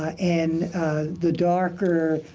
and the darker,